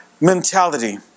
mentality